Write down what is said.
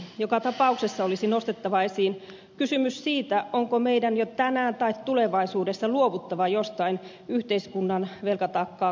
joka tapauksessa olisi nostettava esiin kysymys siitä onko meidän jo tänään tai tulevaisuudessa luovuttava jostain yhteiskunnan velkataakkaa kasvattavasta tekijästä